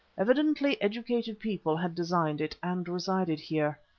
evidently educated people had designed it and resided here.